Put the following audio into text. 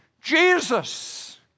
Jesus